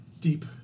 Deep